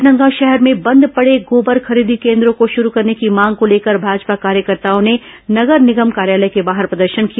राजनांदगांव शहर में बंद पड़े गोबर खरीदी केन्द्रों को शुरू करने की मांग को लेकर भाजपा कार्यकर्ताओं ने नगर निगम कार्यालय के बाहर प्रदर्शन किया